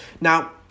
Now